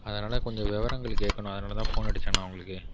அதனால் கொஞ்சம் விவரங்கள் கேட்கணும் அதனால் தான் ஃபோன் அடிச்சேண்ணா உங்களுக்கு